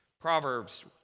Proverbs